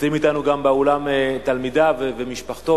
נמצאים אתנו באולם גם תלמידיו ומשפחתו.